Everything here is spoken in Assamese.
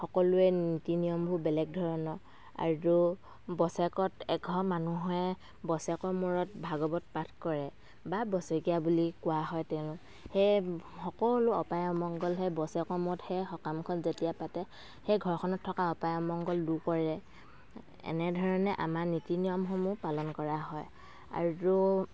সকলোৱে নীতি নিয়মবোৰ বেলেগ ধৰণৰ আৰু বছেৰেকত এঘৰ মানুহে বছেৰেকৰ মূৰত ভাগৱত পাঠ কৰে বা বছেৰেকীয়া বুলি কোৱা হয় তেওঁ সেয়ে সকলো অপায় অমংগল সেই বছেৰেকৰ মূৰত সেই সকামখন যেতিয়া পাতে সেই ঘৰখনত থকা অপায় অমংগল দূৰ কৰে এনে ধৰণে আমাৰ নীতি নিয়মসমূহ পালন কৰা হয় আৰু